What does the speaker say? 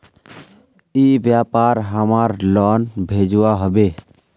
ई व्यापार हमार लोन भेजुआ हभे?